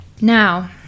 now